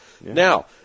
Now